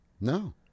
No